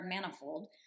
manifold